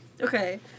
okay